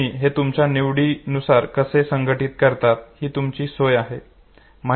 तुम्ही हे तुमच्या निवडीनुसार कसे संघटीत करतात ही तुमची सोय आहे